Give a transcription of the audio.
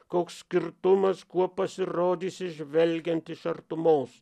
koks skirtumas kuo pasirodysi žvelgiant iš artumos